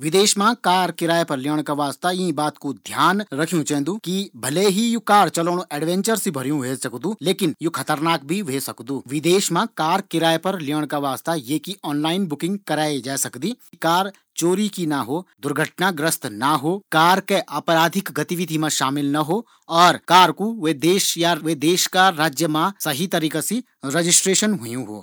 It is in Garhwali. विदेश मा कार किराया पर लेण का वास्ता ईं बात कू ध्यान रखियूँ चैन्दू कि भले ही यू कार चलोणु एडवेंचर से भरीयूं ह्वे सकदु लेकिन यू खतरनाक भी ह्वे सकदू। विदेश मा कार किराया पर लेण का वास्ता येकी ऑनलाइन बुकिंग कराये जै सकदी। कार चोरी की ना हो, दुर्घटनाग्रस्त ना हो, कार कै आपराधिक गतिविधि मा शामिल ना हो और कार कू वै देश या राज्य मा सही तरीका से रजिस्ट्रेशन होयूँ हो।